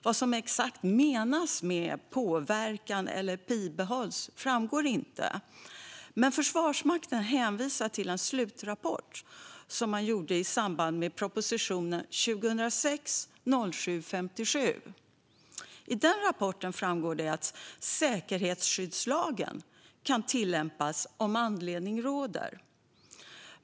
Vad som exakt menas med påverkan eller bibehålls framgår inte, men Försvarsmakten hänvisar till en slutrapport som man gjorde i samband med proposition 2006/07:57. I den rapporten framgår det att säkerhetsskyddslagen kan tillämpas om anledning till detta finns.